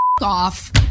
off